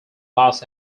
los